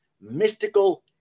mystical